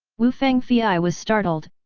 wu fangfei was startled,